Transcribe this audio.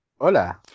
Hola